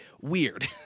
weird